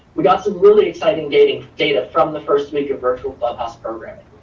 we got some really exciting data data from the first week of virtual clubhouse programming.